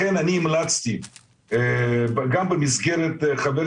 לכן אני המלצתי, גם כחבר